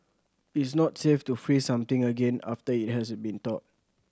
it's not safe to freeze something again after it has been thawed